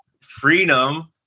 freedom